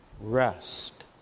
rest